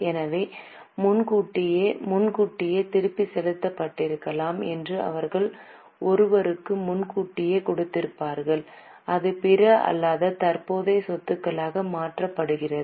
எனவே முன்கூட்டியே முன்கூட்டியே திருப்பிச் செலுத்தப்பட்டிருக்கலாம் என்று அவர்கள் ஒருவருக்கு முன்கூட்டியே கொடுத்திருப்பார்கள் இது பிற அல்லாத தற்போதைய சொத்துகளாக மாற்றப்படுகிறது